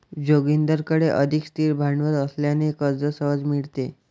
जोगिंदरकडे अधिक स्थिर भांडवल असल्याने कर्ज सहज मिळते